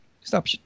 stop